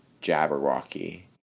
Jabberwocky